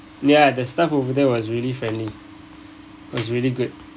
ya the staff over there was really friendly was really good